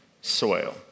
soil